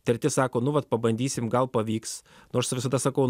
treti sako nu vat pabandysim gal pavyks nors visada sakau